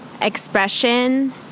expression